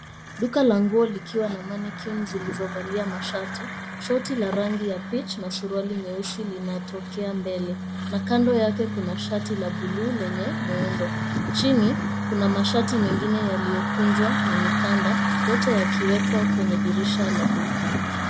Duka la nguo likiwa na mannequin zilizovalia mashati, shoti la rangi ya peach na suruali nyeusi linatokea mbele, na kando yake kuna shati la buluu lenye muundo. Chini, kuna mashati mengine yaliyokunjwa na mikanda yote yakiwekwa kwenye dirisha la duka.